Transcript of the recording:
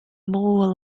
more